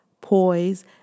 poise